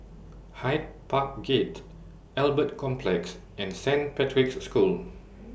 Hyde Park Gate Albert Complex and Saint Patrick's School